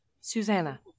Susanna